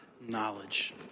knowledge